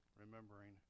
remembering